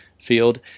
field